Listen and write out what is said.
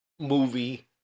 movie